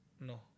No